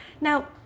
Now